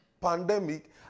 pandemic